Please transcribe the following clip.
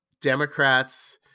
Democrats